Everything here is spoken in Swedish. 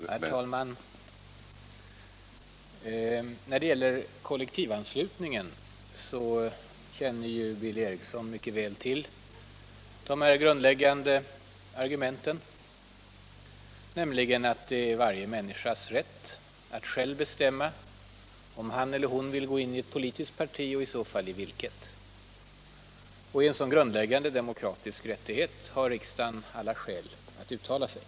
Herr talman! När det gäller kollektivanslutningen känner Billy Eriksson mycket väl till de grundläggande argumenten. Det är varje människas rätt att själv bestämma om han eller hon vill gå in i ett politiskt parti och i så fall i vilket. När det gäller en så grundläggande demokratisk rättighet har riksdagen alla skäl att uttala sig.